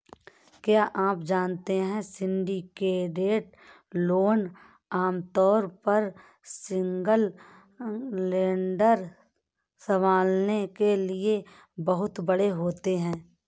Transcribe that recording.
क्या आप जानते है सिंडिकेटेड लोन आमतौर पर सिंगल लेंडर संभालने के लिए बहुत बड़े होते हैं?